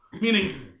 Meaning